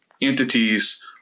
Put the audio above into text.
entities